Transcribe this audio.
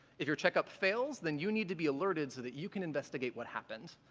if your checkup fails then you need to be alerted so that you can investigate what happened.